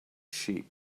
sheep